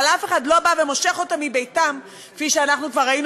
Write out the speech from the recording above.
אבל אף אחד לא בא ומושך אותם מביתם כפי שאנחנו כבר ראינו